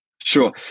Sure